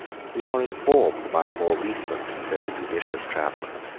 we are informed by a more recent and very judicious traveller,